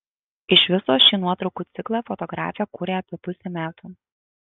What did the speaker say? iš viso šį nuotraukų ciklą fotografė kūrė apie pusę metų